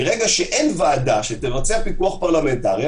מרגע שאין ועדה שתבצע פיקוח פרלמנטרי,